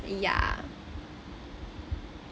ya